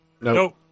Nope